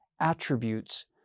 attributes